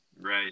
Right